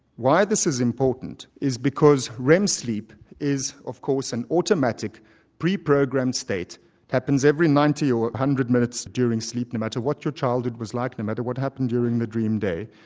why this is important is because rem sleep is of course an automatic pre-programmed state, happens every ninety or one hundred minutes during sleep no matter what your childhood was like, no matter what happened during the dream day,